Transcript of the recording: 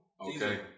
Okay